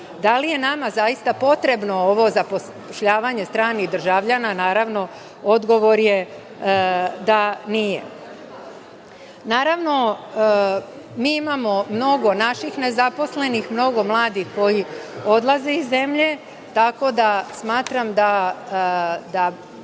Da li je nama zaista potrebno ovo zapošljavanje stranih državljana? Naravno, odgovor je da nije. Naravno, mi imamo mnogo naših nezaposlenih, mnogo mladih koji odlaze iz zemlje, tako da smatram da